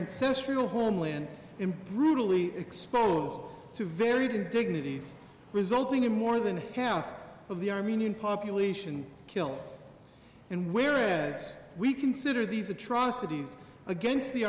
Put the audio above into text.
ancestral homeland and brutally exposed to very dignities resulting in more than half of the armenian population killed and whereas we consider these atrocities against the